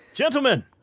Gentlemen